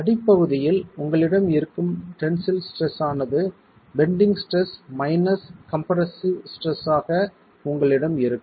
அடிப்பகுதியில் உங்களிடம் இருக்கும் டென்சில் ஸ்ட்ரெஸ் ஆனது bending stress minus compressive stress ஆக உங்களிடம் இருக்கும்